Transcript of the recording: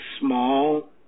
small